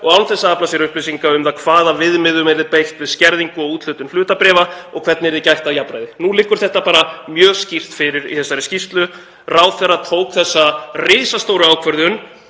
og án þess að afla sér upplýsinga um hvaða viðmiðum yrði beitt við skerðingu og úthlutun hlutabréfa og hvernig yrði gætt að jafnræði. Nú liggur þetta bara mjög skýrt fyrir í skýrslunni. Ráðherra tók þessa risastóru ákvörðun